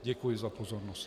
Děkuji za pozornost.